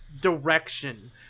direction